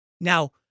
Now